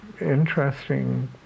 interesting